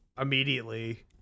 immediately